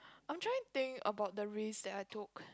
I'm trying think about the risk that I took